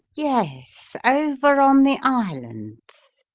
yes, over on the islands.